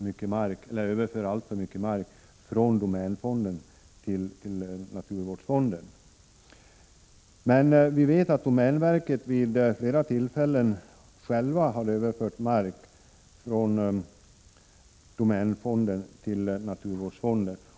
Då kan man inte lägga över alltför mycket mark från domänfonden till naturvårdsfonden. Men vi vet att domänverket vid flera tillfällen självt har överfört mark från domänfonden till naturvårdsfonden.